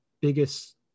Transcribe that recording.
biggest